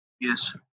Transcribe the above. yes